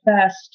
first